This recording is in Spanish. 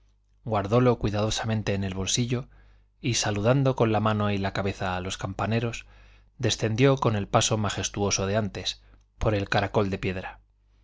guardolo cuidadosamente en el bolsillo y saludando con la mano y la cabeza a los campaneros descendió con el paso majestuoso de antes por el caracol de piedra